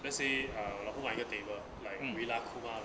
let's say uh 老公买了个 table like rilakkuma